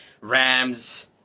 Rams